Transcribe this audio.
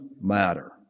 matter